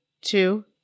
two